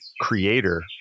creator